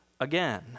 again